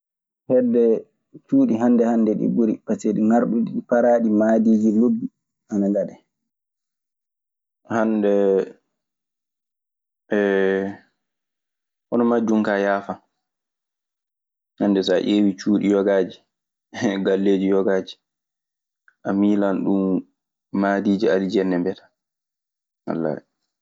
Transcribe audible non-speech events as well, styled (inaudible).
Heɓde cuuɗi hannde hannde ɗii ɓuri, pasee ɗi ŋarɗuɗi, paraaɗii. Mahdiiji lobbi ana ngaɗee. Hannde (hesitation) hono majjun kaa yafaa. Hannde saa ƴeewii cuuɗi yogaaji, (laughs) galleeji yogaaji, a miilan ɗun mahdiiji alijanna mbiyataa. Wallaahi.